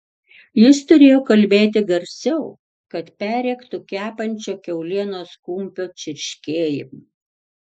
jis turėjo kalbėti garsiau kad perrėktų kepančio kiaulienos kumpio čirškėjimą